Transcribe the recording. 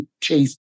Chase